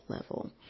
level